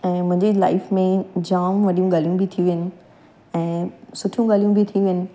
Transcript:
ऐं मुंहिंजी लाइफ में जाम वॾियूं ॻाल्हियूं बि थियूं आहिनि ऐं सुठियूं ॻाल्हियूं बि थियूं आहिनि